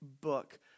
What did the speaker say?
book